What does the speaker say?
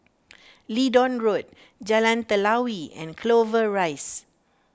Leedon Road Jalan Telawi and Clover Rise